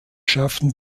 schaffen